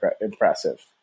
impressive